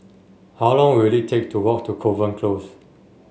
how long will it take to walk to Kovan Close